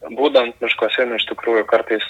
būnant miškuose iš tikrųjų kartais